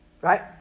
right